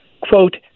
Quote